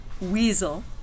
Weasel